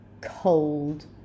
cold